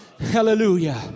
Hallelujah